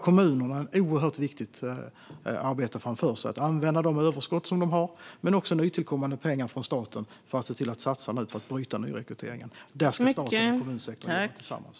Kommunerna har ett oerhört viktigt arbete framför sig att använda de överskott som de har men också nytillkommande pengar från staten och satsa för att bryta nyrekryteringen. Där ska staten och kommunsektorn jobba tillsammans.